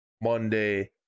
Monday